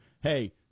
hey –